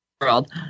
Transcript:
world